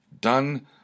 done